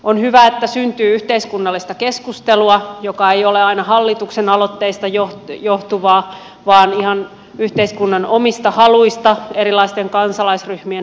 on hyvä että syntyy yhteiskunnallista keskustelua joka ei ole aina hallituksen aloitteista johtuvaa vaan ihan yhteiskunnan omista haluista erilaisten kansalaisryhmien haluista